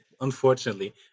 Unfortunately